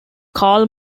karl